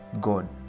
God